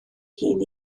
hun